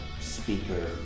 speaker